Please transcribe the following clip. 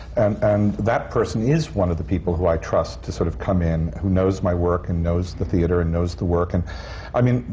and and that person is one of the people who i trust to sort of come in, who knows my work and knows the theatre and knows the work. and i mean,